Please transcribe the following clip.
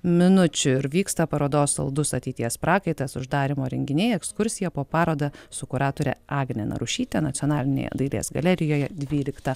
minučių ir vyksta parodos saldus ateities prakaitas uždarymo renginiai ekskursija po parodą su kuratore agnė narušyte nacionalinėje dailės galerijoje dvyliktą